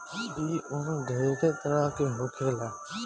ई उन ढेरे तरह के होखेला